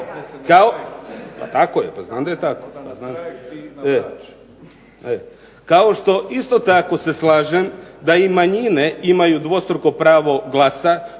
popisa birača. Znam da je tako. Kao što isto tako se slažem da i manjine imaju dvostruko pravo glasa